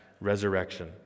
resurrection